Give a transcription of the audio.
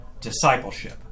Discipleship